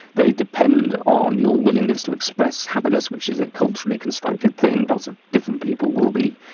they depend on your willingness to express happiness, which is a culturally constructed thing. lots of different people will be,